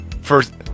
First